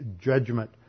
judgment